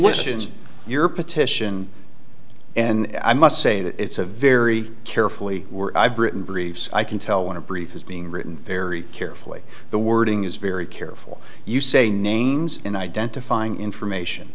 lists your petition and i must say it's a very carefully were written briefs i can tell when a brief is being written very carefully the wording is very careful you say names and identifying information